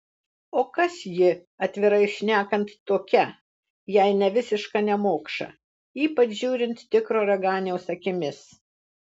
o kas ji atvirai šnekant tokia jei ne visiška nemokša ypač žiūrint tikro raganiaus akimis